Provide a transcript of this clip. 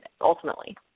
ultimately